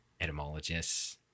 etymologists